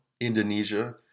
Indonesia